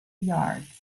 yards